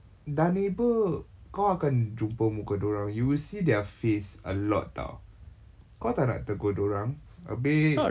dah neighbour kau akan jumpa muka dia orang you will see their face a lot [tau] kau tak nak tegur dia orang abeh